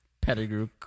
Pettigrew